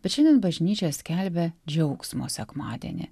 bet šiandien bažnyčia skelbia džiaugsmo sekmadienį